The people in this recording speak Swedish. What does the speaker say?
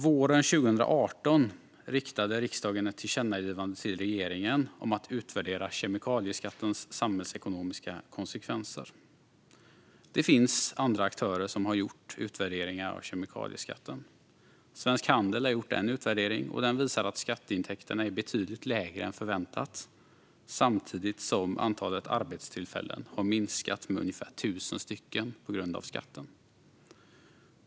Våren 2018 riktade riksdagen ett tillkännagivande till regeringen om att utvärdera kemikalieskattens samhällsekonomiska konsekvenser. Det finns andra aktörer som gjort utvärderingar av kemikalieskatten. Svensk Handel har gjort en utvärdering, och den visar att skatteintäkterna är betydligt lägre än förväntat samtidigt som antalet arbetstillfällen har minskat med ungefär 1 000 stycken på grund av skatten.